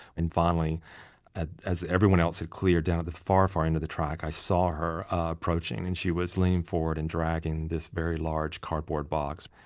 and finally as everyone else had cleared down at the far far end of the track, i saw her approaching. and she was leaning forwards and dragging this very large cardboard box.